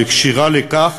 וכשירה לכך,